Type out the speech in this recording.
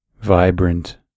vibrant